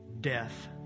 death